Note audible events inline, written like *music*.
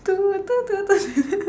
toot toot toot toot *laughs*